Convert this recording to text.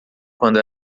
quando